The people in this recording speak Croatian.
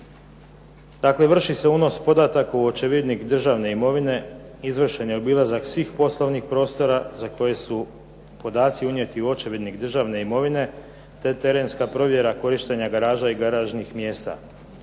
Dakle, vrši se unos podataka u očevidnik državne imovine, izlazak je obilazak svih poslovnih prostora, za koje su podaci unijeti u očevidnih državne imovine, te terenska provjera korištenja garaža i garažnih mjesta.